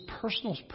personal